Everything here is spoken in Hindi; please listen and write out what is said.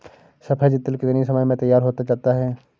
सफेद तिल कितनी समय में तैयार होता जाता है?